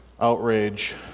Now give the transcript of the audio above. outrage